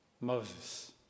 Moses